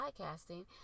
podcasting